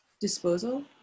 Disposal